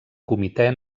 comitè